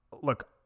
look